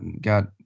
got